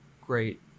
great